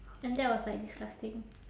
and that was like disgusting